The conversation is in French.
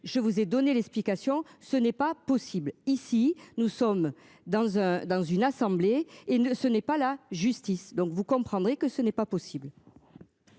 je vous ai donné l'explication, ce n'est pas possible. Ici nous sommes dans un dans une assemblée et ne ce n'est pas la justice. Donc vous comprendrez que ce n'est pas possible.